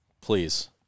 please